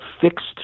fixed